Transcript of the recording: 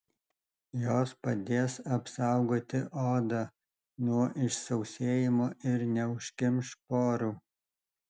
jos padės apsaugoti odą nuo išsausėjimo ir neužkimš porų